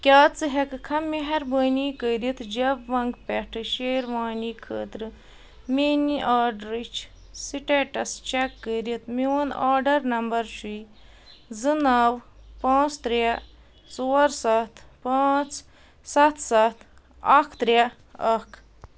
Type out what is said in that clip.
کیٛاہ ژٕ ہٮ۪کہٕ کھا مہربٲنی کٔرِتھ جَبونٛگ پٮ۪ٹھٕ شیروانی خٲطرٕ میٛٲنی آرڈرٕچ سٕٹیٹَس چَک کٔرِتھ میون آرڈر نمبر چھُے زٕ نَو پانٛژھ ترٛےٚ ژور سَتھ پانٛژھ سَتھ سَتھ اَکھ ترٛےٚ اَکھ